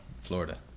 Florida